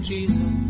Jesus